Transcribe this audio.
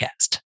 podcast